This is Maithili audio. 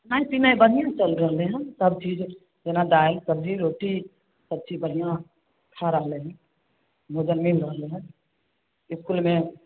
खेनाइ पिनाए बढ़िआँ चलि रहलै हँ सबचीज जेना दालि सब्जी रोटी सबचीज बढ़िआँ भऽ रहलै हँ भोजन मिलि रहलै हँ इसकुलमे